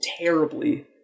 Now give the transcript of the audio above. terribly